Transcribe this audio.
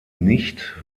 nicht